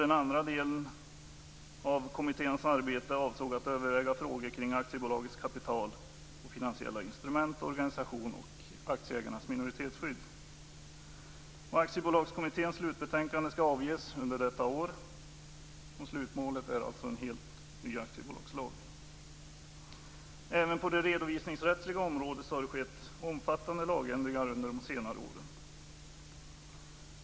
Den andra delen av kommitténs arbete avsåg att överväga frågor kring aktiebolagets kapital, finansiella instrument, organisation och aktieägarnas minoritetsskydd. Aktiebolagskommitténs slutbetänkande skall avges under detta år. Slutmålet är alltså en helt ny aktiebolagslag. Även på det redovisningsrättsliga området har det skett omfattande lagändringar under de senare åren.